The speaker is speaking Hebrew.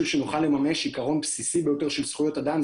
שנוכל לממש עיקרון בסיסי ביותר של זכויות אדם.